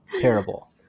Terrible